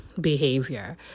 behavior